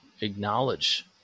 acknowledge